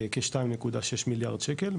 כ-2.6 מיליארד שקל,